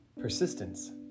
persistence